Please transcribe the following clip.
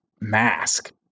mask